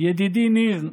ידידי ניר,